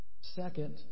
Second